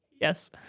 Yes